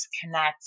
connect